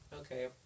okay